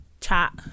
chat